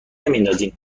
نمیندازیم